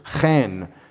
chen